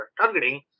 targeting